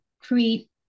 create